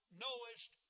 knowest